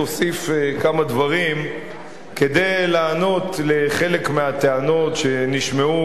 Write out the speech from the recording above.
אוסיף כמה דברים כדי לענות על חלק מהטענות שנשמעו,